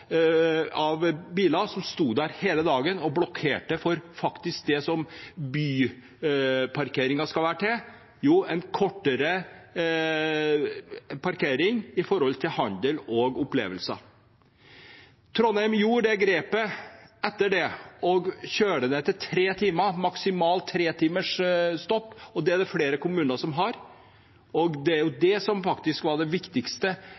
biler som sto der hele dagen, og blokkerte for det som byparkeringen skal være til: kortere parkering for handel og opplevelser. Trondheim tok det grepet og satte etter det ned grensen til tre timer, maksimalt tre timers stopp, og det er det flere kommuner som har. Det var faktisk det viktigste tiltaket for å begrense at man i Trondheim delvis brukte parkeringsplassene bare til elbiler. Det